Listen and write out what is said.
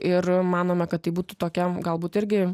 ir manome kad tai būtų tokiam galbūt irgi